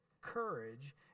Courage